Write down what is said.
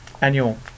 annual